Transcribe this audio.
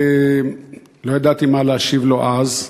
ולא ידעתי מה להשיב לו אז,